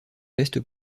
veste